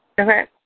Okay